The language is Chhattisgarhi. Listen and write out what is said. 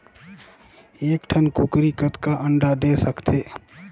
एक ठन कूकरी कतका अंडा दे सकथे?